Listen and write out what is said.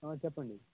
చెప్పండి